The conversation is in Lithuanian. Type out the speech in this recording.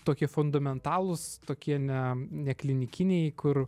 tokie fundamentalūs tokie ne neklinikiniai kur